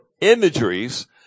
imageries